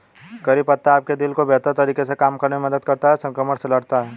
करी पत्ता आपके दिल को बेहतर तरीके से काम करने में मदद करता है, संक्रमण से लड़ता है